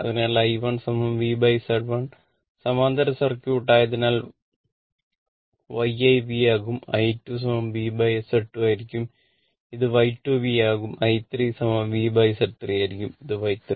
അതിനാൽ I1 VZ1 സമാന്തര circuit ആയതിനാൽ Y1 V ആകും I 2 VZ2 ആയിരിക്കും അത് Y2 V ആകും I3 VZ3 ആയിരിക്കും അത് Y3 V